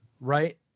Right